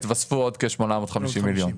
יתווספו עוד כ-850 מיליון.